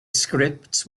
scripts